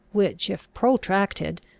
which, if protracted,